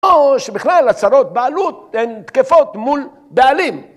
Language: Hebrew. או שבכלל הצהרות בעלות הן תקפות מול בעלים.